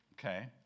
okay